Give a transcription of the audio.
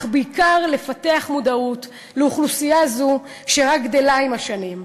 אך בעיקר לפתח מודעות לאוכלוסייה זו שרק גדלה עם השנים.